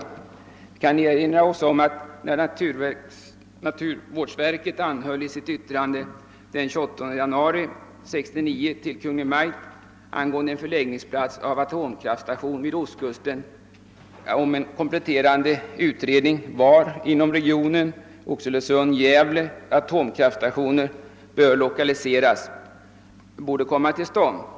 Vi kan erinra oss att naturvårdsverket i sitt yttrande till Kungl. Maj:t den 28 januari 1969 angående förläggningsplats för atomkraftstation vid ostkusten anhöll om en kompletterande utredning beträffande var inom regionen Oxelösund—Gävle atomkraftstationer borde komma till stånd.